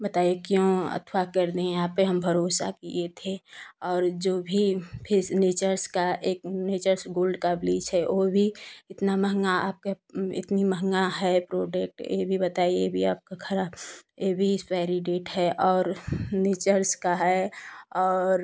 बताइए क्यों अथवा कर दें आप पर हम भरोसा किए थे और जो भी फेस नेचर्स का एक नेचर्स गोल्ड का ब्लीच है वह भी इतना महँगा आपका इतना महँगा है प्रोडक्ट यह भी बताइए यह भी आपका खराब यह भी एक्सपाइरी डेट है और नेचर्स का है और